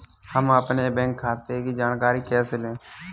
हम अपने बैंक खाते की जानकारी कैसे लें?